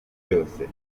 byose